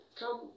come